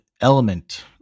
element